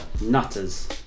Nutters